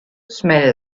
smell